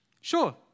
Sure